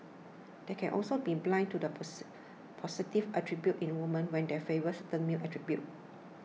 they can also be blind to the positive attributes in women when they favour certain male attributes